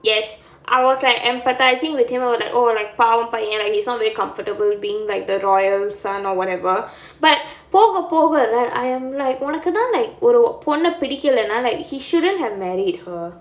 yes I was like empathising with him oh like oh like பாவோ பைய:paavo paiya like he's not very comfortable being like the royal son or whatever but போக போக:poga poga right I am like உனக்குதா:unakkuthaa like ஒரு பொண்ண பிடிக்கலனா:oru ponna pidikkalanaa like he shouldn't have married her